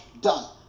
done